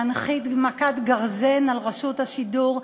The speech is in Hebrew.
להנחית מכת גרזן על רשות השידור,